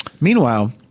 Meanwhile